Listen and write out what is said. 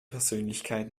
persönlichkeit